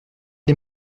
les